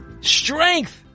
strength